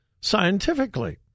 scientifically